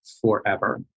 forever